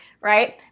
Right